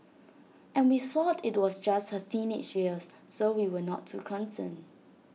and we thought IT was just her years so we were not too concerned